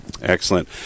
excellent